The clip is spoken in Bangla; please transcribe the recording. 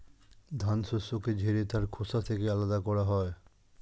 ধান শস্যকে ঝেড়ে তার খোসা থেকে আলাদা করা হয়